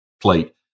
plate